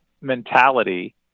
mentality